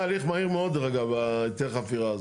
זה הליך מאוד, דרך אגב, היתר החפירה הזה.